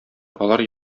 алар